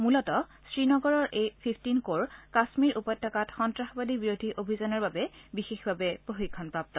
মূলত শ্ৰীনগৰৰ এই ফিফটিন ক'ৰ কাশ্মীৰ উপত্যকাত সন্তাসবাদী বিৰোধী অভিযানৰ বাবে বিশেষভাৱে প্ৰশিক্ষণপ্ৰাপ্ত